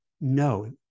no